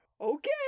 okay